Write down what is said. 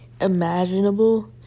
imaginable